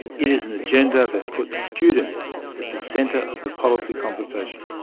it is an agenda that puts students at the centre of the policy conversation.